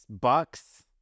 Bucks